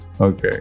Okay